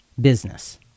business